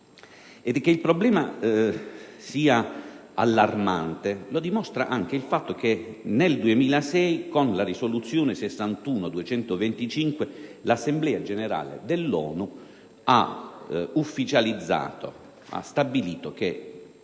Che il problema sia allarmante lo dimostra anche il fatto che nel 2006, con la risoluzione 61/225, l'Assemblea generale dell'ONU ha stabilito che